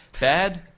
bad